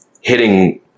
hitting